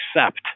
accept